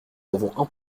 avons